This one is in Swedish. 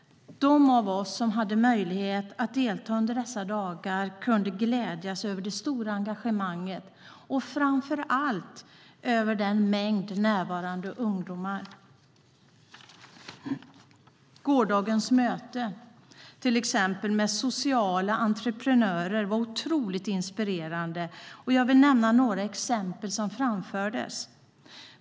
De av oss som hade möjlighet att delta under dessa dagar kunde glädja sig åt det stora engagemanget och framför allt åt mängden närvarande ungdomar. Gårdagens möte till exempel med sociala entreprenörer var otroligt inspirerande. Jag vill nämna några exempel som framfördes.